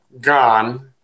gone